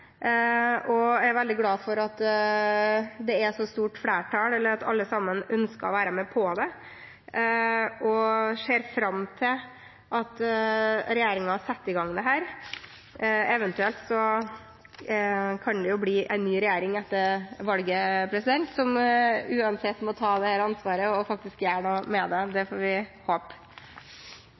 er så stort flertall, at alle ønsker å være med på det. Jeg ser fram til at regjeringen setter i gang dette. Eventuelt kan det bli en ny regjering etter valget som uansett må ta dette ansvaret og faktisk gjøre noe med det. Det får vi håpe.